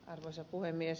arvoisa puhemies